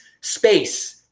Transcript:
space –